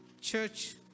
church